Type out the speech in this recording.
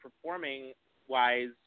performing-wise